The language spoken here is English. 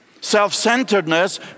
self-centeredness